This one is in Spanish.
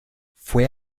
fue